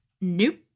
nope